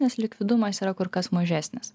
nes likvidumas yra kur kas mažesnis